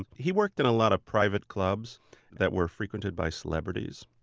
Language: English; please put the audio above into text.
he worked in a lot of private clubs that were frequented by celebrities,